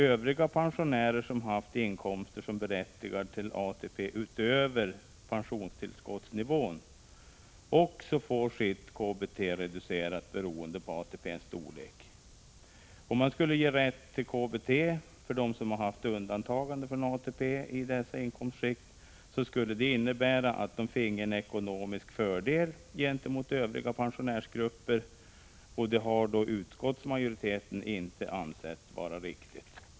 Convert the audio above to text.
Övriga pensionärer som haft inkomster som berättigar till ATP utöver pensionstillskottsnivån får också sitt KBT reducerat beroende på storleken på ATP. Om de som haft undantagande från ATP i dessa inkomstskikt gavs rätt till KBT, skulle det innebära att de fick en ekonomisk fördel gentemot övriga pensionärsgrupper, och detta anser utskottsmajoriteten inte vara riktigt.